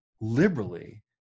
liberally